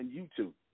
YouTube